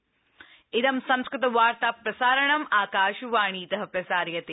break इद संस्कृतवार्ता प्रसारणम् आकाशवाणीतः प्रसार्यते